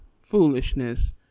foolishness